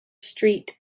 street